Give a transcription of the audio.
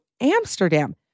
Amsterdam